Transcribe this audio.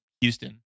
Houston